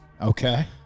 okay